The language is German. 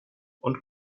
und